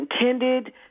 intended